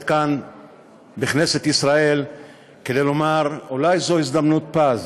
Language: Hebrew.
כאן בכנסת ישראל כדי לומר שאולי זו הזדמנות פז